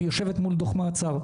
היא יושבת מול דוח מעצר.